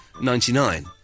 ninety-nine